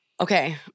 Okay